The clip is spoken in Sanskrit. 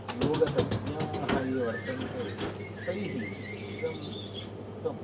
योगतज्ञाः ये वर्तन्ते तैः इदम् उक्तं